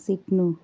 सिक्नु